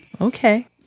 Okay